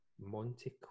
Monte